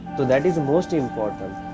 but that is most important.